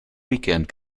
weekend